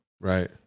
Right